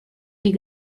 die